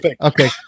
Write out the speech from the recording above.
Okay